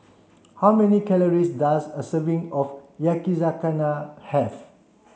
how many calories does a serving of Yakizakana have